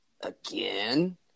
again